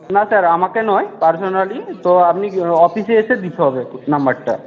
না স্যার আমাকে নয় পার্সোনালি তো আপনি অফিসে এসে দিতে হবে নম্বরটা